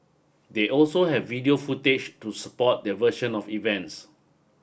they also have video footage to support their version of events